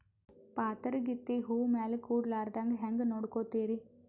ಪಾತರಗಿತ್ತಿ ಹೂ ಮ್ಯಾಲ ಕೂಡಲಾರ್ದಂಗ ಹೇಂಗ ನೋಡಕೋತಿರಿ?